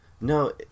No